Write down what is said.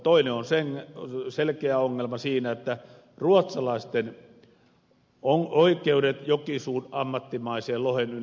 toinen on selkeä ongelma siinä että ruotsalaisten oikeudet jokisuun ammattimaiseen lohen ynnä muuta